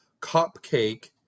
cupcake